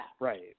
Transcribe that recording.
Right